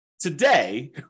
Today